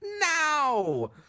now